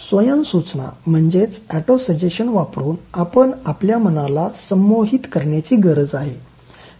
स्वयंसूचना वापरुन आपण आपल्या मनाला संमोहित करण्याची गरज असते